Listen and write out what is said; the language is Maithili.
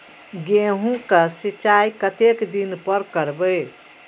गेहूं का सीचाई कतेक दिन पर करबे?